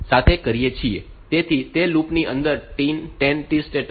તેથી તે લૂપ ની અંદર 10 T સ્ટેટ્સ છે